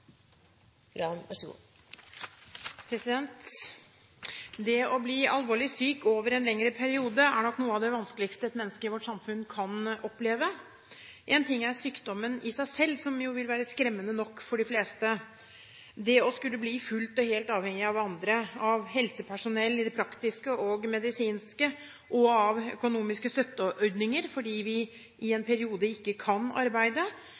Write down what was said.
nok noe av det vanskeligste et menneske i vårt samfunn kan oppleve. Én ting er sykdommen i seg selv, som vil være skremmende nok for de fleste, men det å skulle bli fullt og helt avhengig av andre – av helsepersonell i det praktiske og medisinske, og av økonomiske støtteordninger, fordi man i en periode ikke kan arbeide